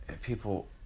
people